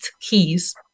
keys